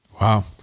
Wow